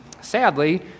sadly